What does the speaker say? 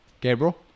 Gabriel